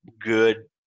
good